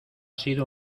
sido